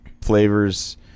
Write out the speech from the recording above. flavors